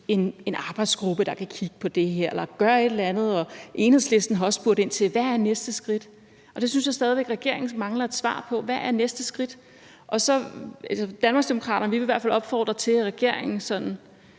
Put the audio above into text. en arbejdsgruppe, der kan kigge på det her eller gøre et eller andet. Enhedslisten har også spurgt ind til, hvad næste skridt er, og det synes jeg stadig væk regeringen mangler at svare på. Hvad er næste skridt? Danmarksdemokraterne vil i hvert fald opfordre regeringen til